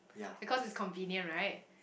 because it's convenient right